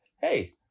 Hey